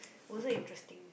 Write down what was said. wasn't interesting